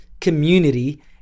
community